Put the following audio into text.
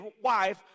wife